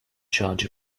charge